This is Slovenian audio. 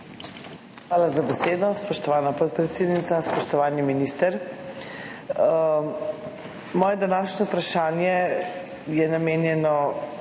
Hvala za besedo, spoštovana podpredsednica. Spoštovani minister! Moje današnje vprašanje je namenjeno